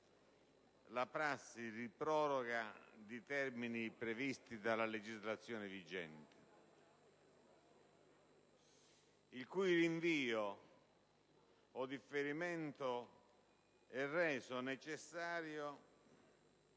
la prassi di proroga di termini previsti dalla legislazione vigente il cui rinvio, o differimento, è reso necessario